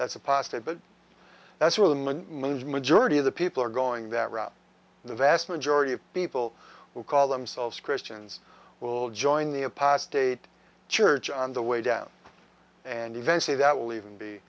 that's a positive but that's where the majority of the people are going that route the vast majority of people who call themselves christians will join the past eight church on the way down and eventually that will even be